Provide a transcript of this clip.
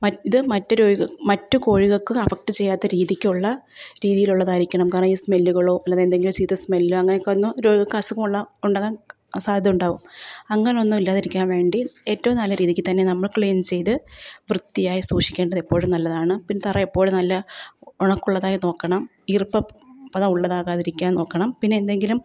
മറ്റ് ഇത് മറ്റു രോഗിക മറ്റു കോഴികൾക്ക് എഫക്റ്റ് ചെയ്യാത്ത രീതിക്കുള്ള രീതിയിലുള്ളതായിരിക്കണം കാരണം ഈ സ്മെല്ലുകളോ അല്ലാതെ എന്തെങ്കിലും ചീത്ത സ്മെല്ലോ അങ്ങനെയൊക്കെ വന്നാൽ കോഴികൾക്ക് അസുഖമുള്ള ഉണ്ടാകാൻ സാദ്ധ്യത ഉണ്ടാകും അങ്ങനെയൊന്നും ഇല്ലാതിരിക്കാൻ വേണ്ടി ഏറ്റവും നല്ല രീതിക്കു തന്നെ നമ്മൾ ക്ളീൻ ചെയ്ത് വൃത്തിയായി സൂക്ഷിക്കേണ്ടത് എപ്പോഴും നല്ലതാണ് പിന്നെ തറ എപ്പോഴും നല്ല ഉണക്ക് ഉള്ളതായി നോക്കണം ഈർപ്പം അതാ ഉള്ളതാകാതിരിക്കാൻ നോക്കണം പിന്നെ എന്തെങ്കിലും